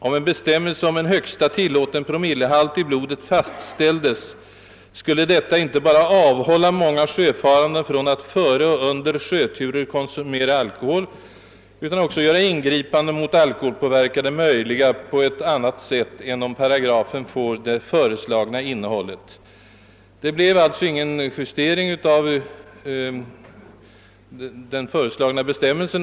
Om en bestämmelse om en högsta tillåten promillehalt i blodet fastställdes, skulle detta inte bara avhålla många sjöfarande från att före och under sjöturer konsumera alkohol utan också göra ingripanden mot alkoholpåverkade möjliga på ett annat sätt än om paragrafen får det föreslagna innehållet.> Det blev då alltså ingen justering i preciserande riktning av den föreslagna lagbestämmelsen.